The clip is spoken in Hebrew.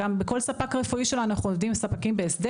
בכל ספק רפואי שלנו אנחנו עובדים עם ספקים בהסדר